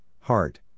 heart